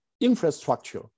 infrastructure